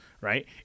right